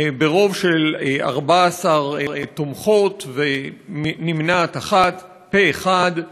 ברוב של 14 תומכות ונמנעת אחת, פה-אחד,